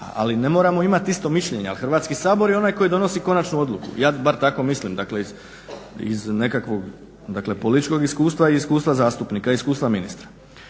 ali ne moramo imat isto mišljenje, ali Hrvatski sabor je onaj koji donosi konačnu odluku. Ja bar tako mislim, dakle iz nekakvog političkog iskustva i iskustva zastupnika i iskustva ministra.